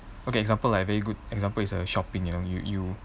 okay example like very good example is a shopping you know you you